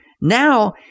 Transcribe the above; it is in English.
Now